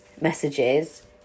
messages